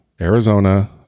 Arizona